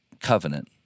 covenant